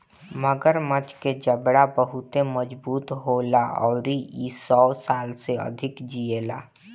मगरमच्छ के जबड़ा बहुते मजबूत होला अउरी इ सौ साल से अधिक जिएला